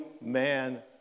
man